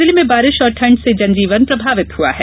जिले में बारिश और ठंड से जनजीवन प्रभावित हुआ है